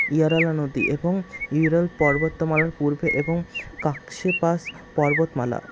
ইয়ারানা নদী এবং ইউরাল পর্বতমালার পূর্বে এবং ককেশাস পর্বতমালা